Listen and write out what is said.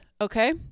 Okay